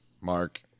Mark